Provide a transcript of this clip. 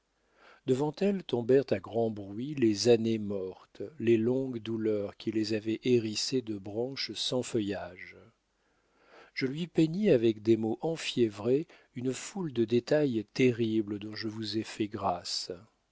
devant elle tombèrent à grand bruit les années mortes les longues douleurs qui les avaient hérissées de branches sans feuillages je lui peignis avec des mots enfiévrés une foule de détails terribles dont je vous ai fait grâce